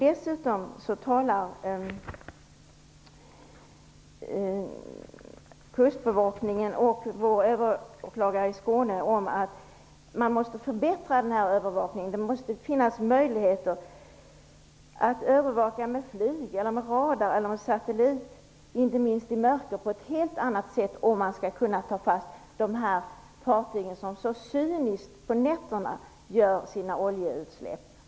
Dessutom talar kustbevakningen och vår överåklagare i Skåne om att man måste förbättra denna övervakning och att det måste finnas möjligheter att övervaka med flyg, radar eller satellit, inte minst i mörker, på ett helt annat sätt om man skall kunna ta fast de fartyg som så cyniskt på nätterna gör sina oljeutsläpp.